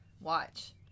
watch